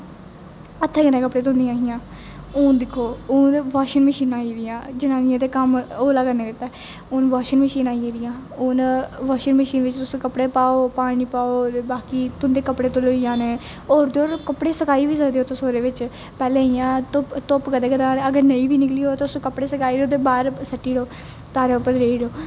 हत्थें कन्ने कपडे़ धोंदी ही हून दिक्खो हून ते बाशिंग मशीना आई गेदियां जनानियां दा कम्म हौला करने लेई हून बाशिंग मशीन आई गेदी हून बाशिंग मशीन च तुस कपडे़ पाओ पानी पाओ ते बाकी तुंदे कपडे़ घलोई जाने और ते और कपड सकाई बी सकदे ओ तुस ओहदे बिच पहले इयां धुप्प कदें कदें अगर नेईं बी नकली होऐ तुस कपडे़ सकाई ओड़ो ते बाहर सट्टी ओड़ेप् तारे उप्पर रेड़ी ओड़ो